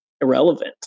irrelevant